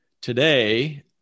today